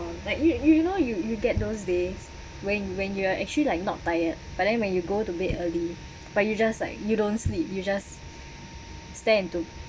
like you you you know you you get those days when when you are actually like not tired but then when you go to bed early but you just like you don't sleep you just stare into